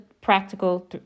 practical